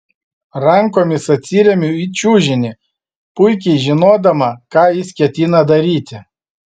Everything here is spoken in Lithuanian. rankomis atsiremiu į čiužinį puikiai žinodama ką jis ketina daryti